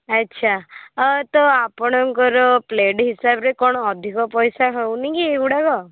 ଆଚ୍ଛା ତ ଆପଣଙ୍କର ପ୍ଲେଟ୍ ହିସାବରେ କ'ଣ ଅଧିକ ପଇସା ହେଉନି କି ଏଗୁଡ଼ାକ